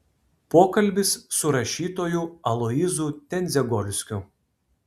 pokalbis su rašytoju aloyzu tendzegolskiu